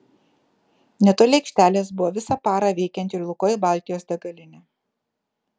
netoli aikštelės buvo visą parą veikianti lukoil baltijos degalinė